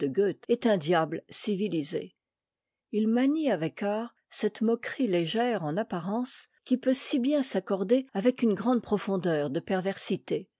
est un diabie civilisé h manie avec art cette moquerie légère en apparence qui peut si bien s'accorder avec une grande profondeur de perversité